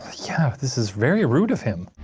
yeah, this is very rude of him.